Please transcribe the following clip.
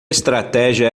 estratégia